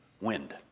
wind